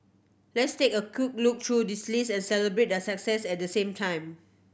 let's take a quick look through the list and celebrate their success at the same time